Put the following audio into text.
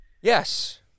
yes